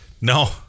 No